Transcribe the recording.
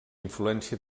influència